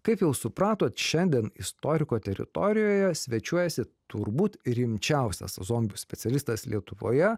kaip jau supratot šiandien istoriko teritorijoje svečiuojasi turbūt rimčiausias zombių specialistas lietuvoje